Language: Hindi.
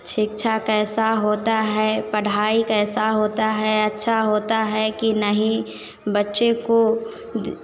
शिक्षा कैसा होता है पढ़ाई कैसा होता है अच्छा होता है कि नहीं बच्चे को दी